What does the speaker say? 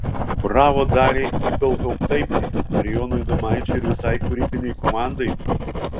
bravo daliai ibelhauptaitei marijui adomaičiui ir visai kūrybinei komandai